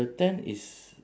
the tent is